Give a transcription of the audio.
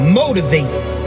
motivated